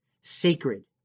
sacred